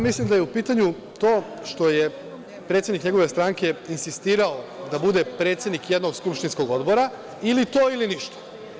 Mislim da je u pitanju to što je predsednik njegove stranke insistirao da bude predsednik jednog skupštinskog odbora ili to ili ništa.